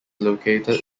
located